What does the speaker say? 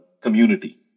community